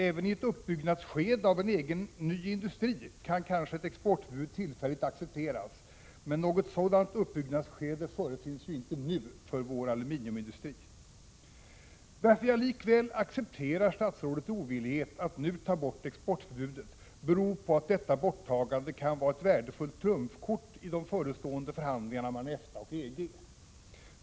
Även i ett uppbyggnadsskede av en egen ny industri kan kanske ett exportförbud tillfälligt accepteras, men något sådant uppbyggnadsskede förefinns ju inte nu för vår aluminiumindustri. Att jag likväl accepterar statsrådets ovillighet att nu ta bort exportförbudet beror på att detta borttagande kan vara ett värdefullt trumfkort i de förestående förhandlingarna mellan EFTA och EG!